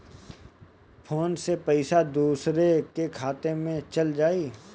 Phone से पईसा दूसरे के खाता में चल जाई?